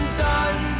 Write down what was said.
done